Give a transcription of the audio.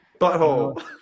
Butthole